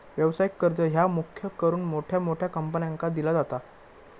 व्यवसायिक कर्ज ह्या मुख्य करून मोठ्या मोठ्या कंपन्यांका दिला जाता